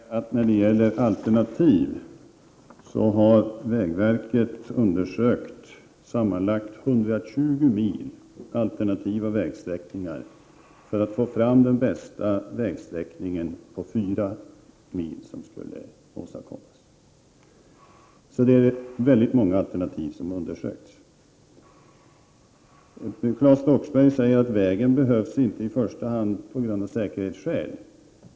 Fru talman! Låt mig först säga att när det gäller alternativ så har vägverket undersökt sammanlagt 120 mil alternativa vägsträckningar för att få fram den bästa vägsträckningen på 4 mil som skulle åstadkommas. Väldigt många alternativ har alltså undersökts. Claes Roxbergh säger att vägen inte i första hand behövs av säkerhetsskäl.